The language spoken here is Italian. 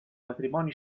matrimoni